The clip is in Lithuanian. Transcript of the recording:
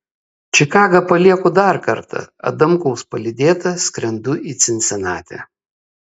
čikagą palieku dar kartą adamkaus palydėta skrendu į cincinatį